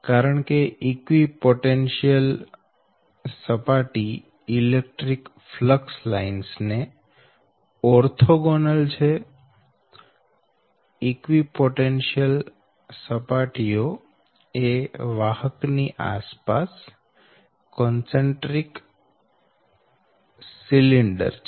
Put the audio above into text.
કારણકે ઈકવીપોટેન્શીયલ સપાટી electric flux lines ને ઓર્થોગોનલ છે ઈકવીપોટેન્શીયલ સપાટીઓ એ વાહક ની આસપાસ કોન્સન્ટ્રિક સિલિન્ડર છે